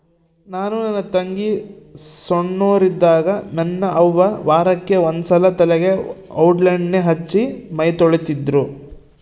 ನಾನು ನನ್ನ ತಂಗಿ ಸೊಣ್ಣೋರಿದ್ದಾಗ ನನ್ನ ಅವ್ವ ವಾರಕ್ಕೆ ಒಂದ್ಸಲ ತಲೆಗೆ ಔಡ್ಲಣ್ಣೆ ಹಚ್ಚಿ ಮೈತೊಳಿತಿದ್ರು